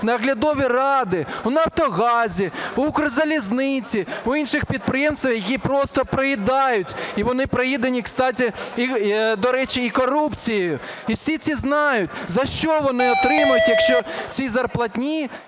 наглядові ради в "Нафтогазі", в Укрзалізниці, в інших підприємствах, які просто проїдають, і вони проїдені, до речі, і корупцією. І всі це знають. За що вони отримують, якщо ці зарплатні,